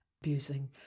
abusing